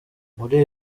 muri